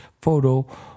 photo